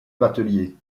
batelier